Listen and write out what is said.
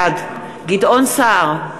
בעד גדעון סער,